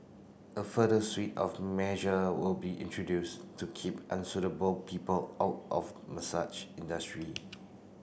a further suite of measure will be introduced to keep unsuitable people out of massage industry